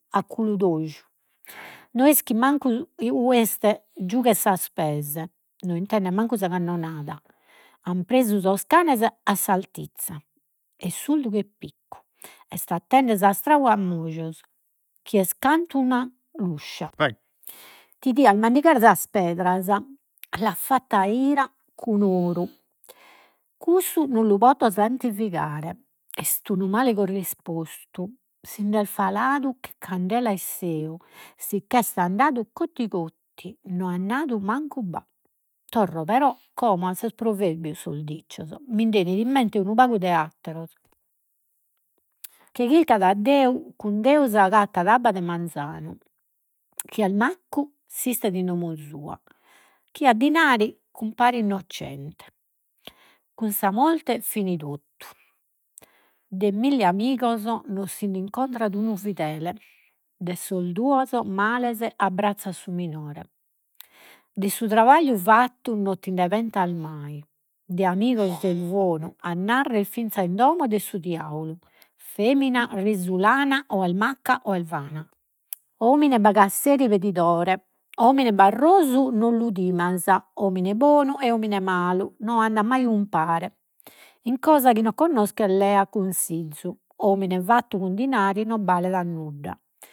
No ischit mancu ue est, giughet sas pes, no intendet mancu sa cannonada, an presu sos canes a sartizza. Est surdu che piccu, est ‘ettende s'astrau a ch'est cantu una luscia ti tias mandigare sas pedras, l'at fattu a ira. Cussu non lu poto santificare, est unu male currispostu, si nd'est faladu che candela 'e seu, si ch'est andadu cotti cotti, non hat nadu mancu bà. Torro però como a sos proverbios, sos dicios. Minde enin in mente unu pagu de atteros. Chie chircat a Deus, cun Deus s'agattat, abba de manzanu, chie est maccu s'istet in domo sua, chie at dinari cumparit innocente, cun sa morte finit de milli amigos, non sinde incontrat unu fidele, de sos duos males abbrazza su minore, de su trabagliu fattu non tinde pentas mai, de amigos est bonu, a narrer finzas in domo de su diaulu. Femina risulana o est macca o est vana, omine bagasseri, pedidore omine barrosu non lu timas, omine bonu e omine malu, non andat mai umpare in cosa chi non connosches lea consizu, omine fattu cum dinari, non balet a nudda